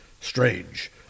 Strange